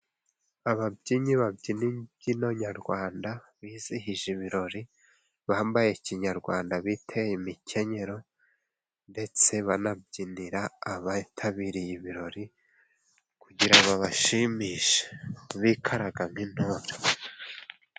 Ababyinnyi babyina imbyino nyarwanda, bizihije ibirori bambaye kinyarwanda biteye imikenyero, ndetse banabyinira abitabiriye ibirori kugira babashimishe bikaraga nk'intore.